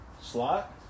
Slot